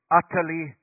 utterly